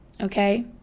okay